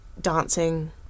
dancing